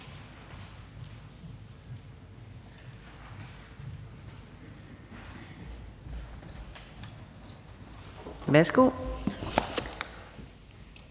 Værsgo.